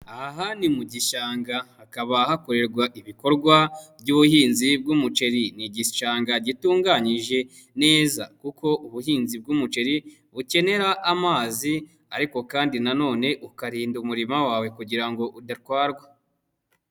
Aha ha ni mu gishanga, hakaba hakorerwa ibikorwa by'ubuhinzi bw'umuceri, ni igishanga gitunganyije neza kuko ubuhinzi bw'umuceri bukenera amazi ariko kandi nanone ukarinda umurima wawe kugira ngo udatwarwa.